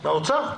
מהאוצר,